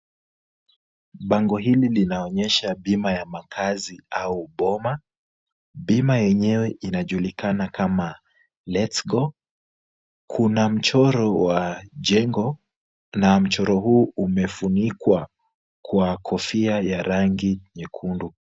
Bango hili linaonyesha bima ya makazi au boma. Bima yenyewe inajulikana kama LetsGo. Kuna mchoro wa jengo na mchoro huu umefunikwa kwa kofia ya rangi nyekundu.